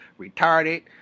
Retarded